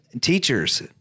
teachers